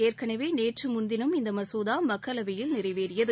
ஏற்கனவே நேற்று முன்தினம் இந்த மசோதா மக்களவையில் நிறைவேறியது